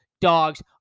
dogs